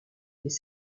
des